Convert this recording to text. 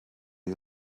you